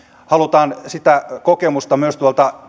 haluamme kuulla sitä kokemusta myös